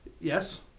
yes